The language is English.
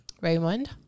Raymond